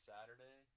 Saturday